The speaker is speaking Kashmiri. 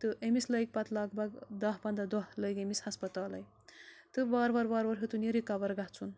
تہٕ أمِس لٔگۍ پَتہٕ لگ بگ دَہ پنٛداہ دۄہ لٔگۍ أمِس ہَسپَتالے تہٕ وار وارٕ وار وارٕ ہیوٚتُن یہِ رِکَوَر گژھُن